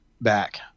back